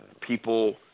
people